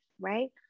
right